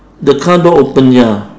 the car door open ya